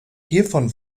hiervon